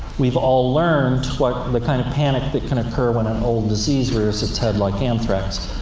we've all learned what the kind of panic that can occur when an old disease rears its head, like anthrax.